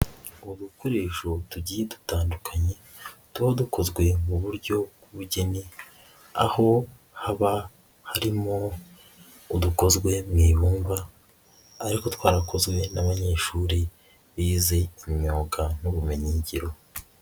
Udukoresho tugiye dutandukanye tuba dukozwe mu buryo bw'ubugeni, aho haba harimo udukozwe mu' ibumba ariko twarakozwe n'abanyeshuri bize imyuga n'ubumenyi ngiro.